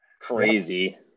crazy